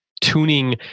tuning